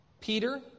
Peter